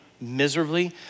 miserably